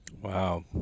Wow